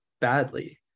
badly